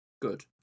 Good